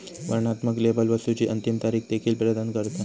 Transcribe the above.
वर्णनात्मक लेबल वस्तुची अंतिम तारीख देखील प्रदान करता